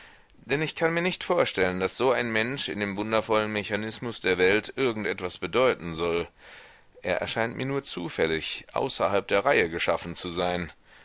denn ich kann mir nicht vorstellen daß so ein mensch in dem wundervollen mechanismus der welt irgend etwas bedeuten soll er erscheint mir nur zufällig außerhalb der reihe geschaffen zu sein